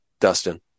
Dustin